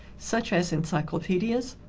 such as encyclopedias,